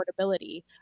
affordability